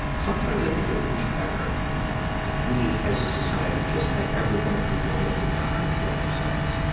sometimes, i think it would be better if we, as a society, just let everyone who wanted to die kill themselves.